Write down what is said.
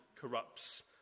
corrupts